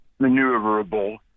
maneuverable